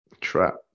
Trap